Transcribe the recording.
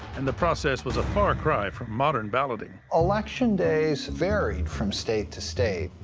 and the process was a far cry from modern balloting. election days varied from state to state.